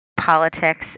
politics